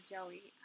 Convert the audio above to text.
Joey